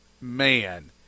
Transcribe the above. Man